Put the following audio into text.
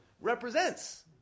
represents